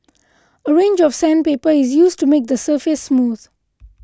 a range of sandpaper is used to make the surface smooth